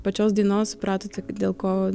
pačios dainos supratote dėl ko